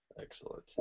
Excellent